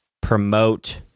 promote